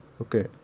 Okay